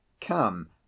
come